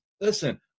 Listen